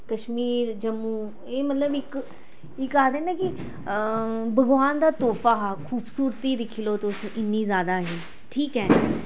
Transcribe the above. कश्मीर जम्मू एह् मतलब इक इक आखदे नी कि भगवान दा तोह्फा हा खूबसूरती दिक्खी लो तुस इन्नी जैदा ही ठीक ऐ